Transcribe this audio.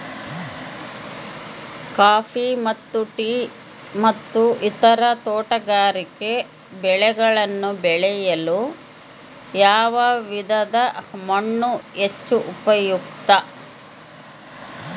Coffee ಮತ್ತು tea ಮತ್ತು ಇತರ ತೋಟಗಾರಿಕೆ ಬೆಳೆಗಳನ್ನು ಬೆಳೆಯಲು ಯಾವ ವಿಧದ ಮಣ್ಣು ಹೆಚ್ಚು ಉಪಯುಕ್ತ?